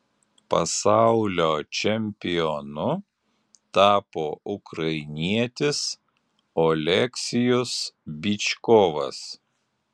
pasaulio čempionu tapo ukrainietis oleksijus byčkovas